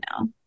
now